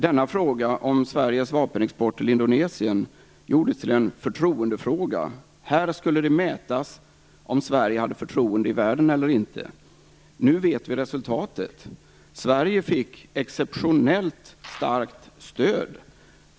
Denna fråga - Sveriges vapenexport till Indonesien - gjordes till en förtroendefråga. Här skulle det mätas om Sverige hade förtroende i världen eller inte. Nu vet vi resultatet. Sverige fick exceptionellt starkt stöd.